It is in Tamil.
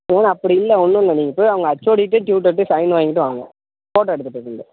ஒரு வேளை அப்படி இல்லை ஒன்றுல்ல நீங்கள் போய் உங்க ஹச்சோடிகிட்டயும் டயூட்டர்கிட்டயும் சைன் வாங்கிட்டு வாங்க ஃபோட்டோ எடுத்துகிட்டு வந்துடுங்க